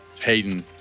Hayden